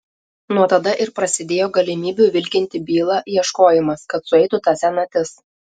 nuo tada ir prasidėjo galimybių vilkinti bylą ieškojimas kad sueitų ta senatis